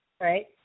right